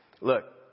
Look